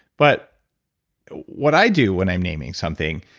but what i do when i'm naming something,